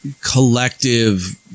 collective